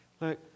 look